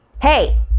Hey